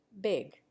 big